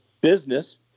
business